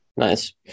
Nice